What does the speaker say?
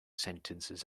sentences